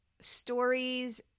stories